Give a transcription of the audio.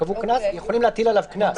יכולים להטיל עליו קנס.